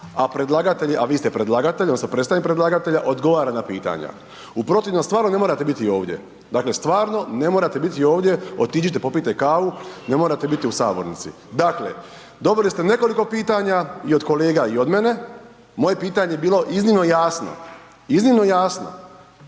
a predlagatelj, a vi ste predlagatelj, odnosno predstavnik predlagatelja, odgovara na pitanja. U protivnom stvarno ne morate biti ovdje. Dakle, stvarno ne morate biti ovdje, otiđite, popite kavu, ne morate biti u sabornici. Dakle, dobili ste nekoliko pitanja i od kolega i od mene, moje pitanje je bilo iznimno jasno, iznimno jasno.